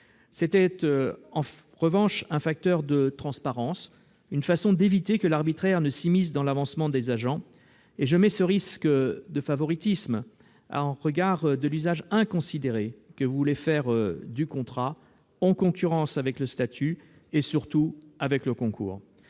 étaient, en revanche, un facteur de transparence, un moyen d'éviter que l'arbitraire ne s'immisce dans l'avancement des agents- je mets ce risque de favoritisme en regard de l'usage inconsidéré que vous voulez faire du contrat en concurrence avec le statut et, surtout, avec le concours,